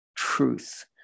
truth